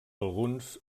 alguns